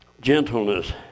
gentleness